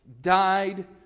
died